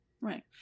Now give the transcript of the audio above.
Right